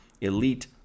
elite